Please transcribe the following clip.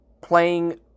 playing –